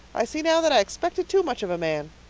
i see now that i expected too much of a man.